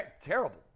terrible